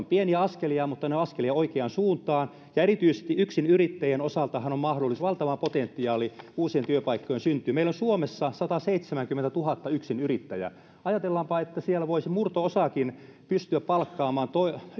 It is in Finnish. pieniä askelia mutta ne ovat askelia oikeaan suuntaan erityisesti yksinyrittäjän osaltahan on mahdollisuus valtavaan potentiaaliin uusien työpaikkojen syntyyn meillä on suomessa sataseitsemänkymmentätuhatta yksinyrittäjää ajatellaanpa että siellä voisi murto osakin pystyä palkkaamaan